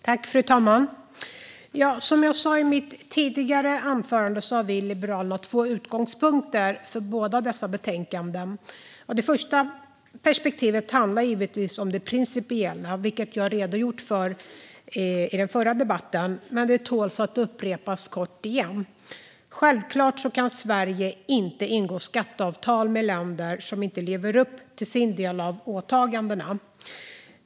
Fru talman! Som jag sa i mitt tidigare anförande har vi i Liberalerna två utgångspunkter för båda dessa betänkanden. Det första perspektivet handlar givetvis om det principiella, vilket jag redogjorde för i den förra debatten, men det tål att upprepas kort igen. Självklart kan Sverige inte ingå skatteavtal med länder som inte lever upp till sin del av åtagandena.